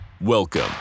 welcome